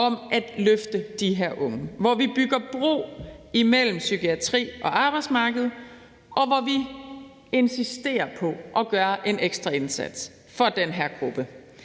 med at løfte de her unge; hvor vi bygger bro mellem psykiatri og arbejdsmarked, og hvor vi insisterer på at gøre en ekstra indsats for den her gruppe.